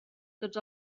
tots